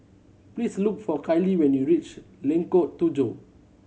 please look for Kylie when you reach Lengkok Tujoh